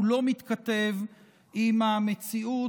הוא לא מתכתב עם המציאות,